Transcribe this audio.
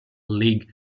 league